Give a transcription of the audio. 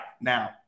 Now